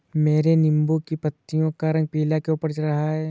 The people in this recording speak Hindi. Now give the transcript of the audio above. मेरे नींबू की पत्तियों का रंग पीला क्यो पड़ रहा है?